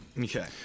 Okay